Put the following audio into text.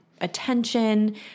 attention